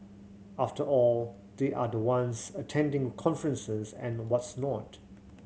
after all they are the ones attending conferences and what's not